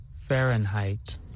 Fahrenheit